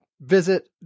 visit